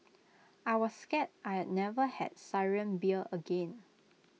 I was scared I'd never have Syrian beer again